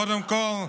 קודם כול,